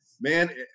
man